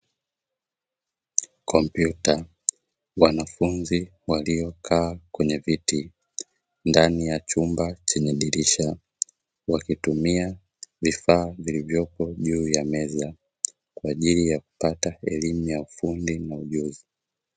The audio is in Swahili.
Kompyuta, wanafunzi waliokaa kwenye viti ndani ya chumba chenye dirisha, wakitumia vifaa vilivyopo juu ya meza, kwa ajili ya kupata elimu ya ufundi na ujuzi.